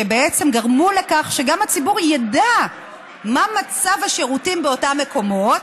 שבעצם גרמו לכך שגם הציבור ידע מה מצב השירותים באותם מקומות,